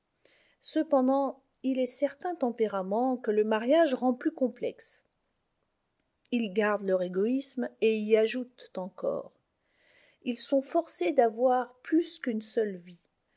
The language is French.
cependant il est certains tempéraments que le mariage rend plus complexes ils gardent leur égoïsme et y ajoutent encore ils sont forcés d'avoir plus qu'une seule vie